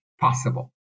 possible